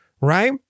right